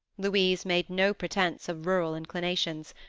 louise made no pretence of rural inclinations,